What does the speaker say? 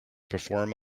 perform